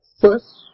first